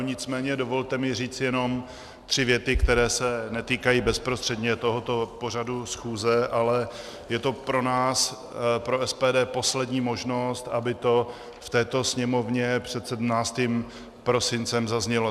Nicméně dovolte mi říct jenom tři věty, které se netýkají bezprostředně tohoto pořadu schůze, ale je to pro nás, pro SPD, poslední možnost, aby to v této Sněmovně před 17. prosincem zaznělo.